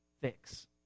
fix